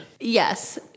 Yes